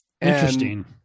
Interesting